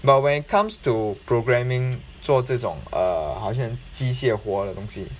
but when it comes to programming 做这种 err 好像机械化的东西